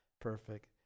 perfect